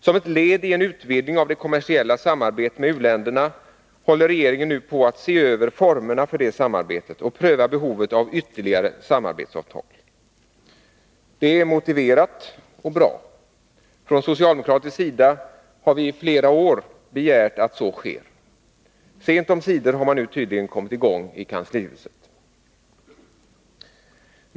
Som ett led i en utvidgning av det kommersiella samarbetet med u-länderna håller regeringen nu på med att se över formerna för detta samarbete och pröva behovet av ytterligare samarbetsavtal. Detta är motiverat och bra. Från socialdemokratisk sida har viiflera år begärt att så sker. Sent omsider har man nu tydligen kommit i gång i kanslihuset.